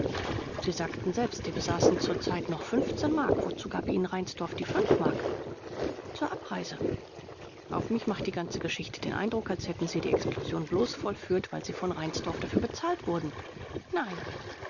sie sagten selbst sie besaßen zur zeit noch mark wozu gab ihnen reinsdorf die mark b zur abreise vors auf mich macht die ganze geschichte den eindruck als hätten sie die explosion bloß vollführt weil sie von reinsdorf dafür bezahlt wurden b nein